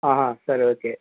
సరే ఓకే